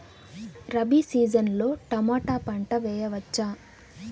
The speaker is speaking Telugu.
రబి సీజన్ లో టమోటా పంట వేయవచ్చా?